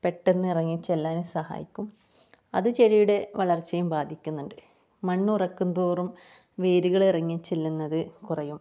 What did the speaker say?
പെട്ടന്നിറങ്ങിച്ചെല്ലാനും സഹായിക്കും അത് ചെടിയുടെ വളർച്ചയും ബാധിക്കുന്നുണ്ട് മണ്ണുറക്കുംന്തോറും വേരുകള് ഇറങ്ങിച്ചെല്ലുന്നത് കുറയും